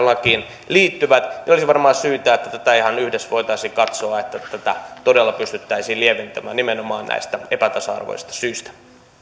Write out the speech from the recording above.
lakiin liittyvät ja olisi varmaan syytä että tätä ihan yhdessä voitaisiin katsoa että tätä todella pystyttäisiin lieventämään nimenomaan näistä epätasa arvoisista syistä